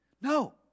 no